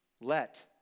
let